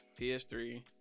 PS3